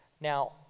now